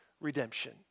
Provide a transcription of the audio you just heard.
redemption